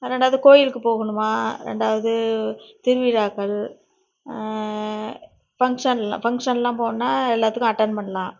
ரெண்டாவுது கோயிலுக்கு போகணுமா ரெண்டாவுது திருவிழாக்கள் ஃபங்க்ஷன்லாம் ஃபங்க்ஷன்லாம் போகணுன்னா எல்லாத்துக்கும் அட்டன் பண்ணலாம்